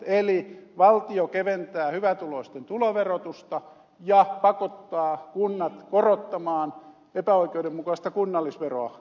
eli valtio keventää hyvätuloisten tuloverotusta ja pakottaa kunnat korottamaan epäoikeudenmukaista kunnallisveroa